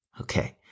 Okay